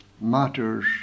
matters